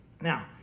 Now